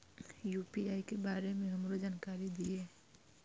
UPI के बारे में हमरो जानकारी दीय?